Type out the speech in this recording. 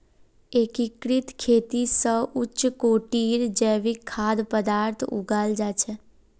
एकीकृत खेती स उच्च कोटिर जैविक खाद्य पद्दार्थ उगाल जा छेक